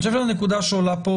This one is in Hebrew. אני רואה את הנקודה שעולה פה,